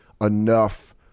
enough